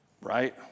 right